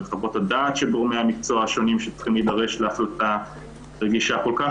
וחוות הדעת של גורמי המקצוע השונים שצריכים להידרש להחלטה רגישה כל כך.